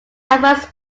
advice